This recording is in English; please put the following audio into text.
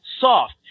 soft